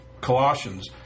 Colossians